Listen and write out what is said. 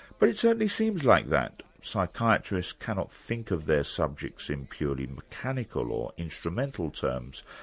but it certainly seems like that. psychiatrists cannot think of their subjects in purely mechanical or instrumental terms,